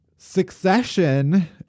succession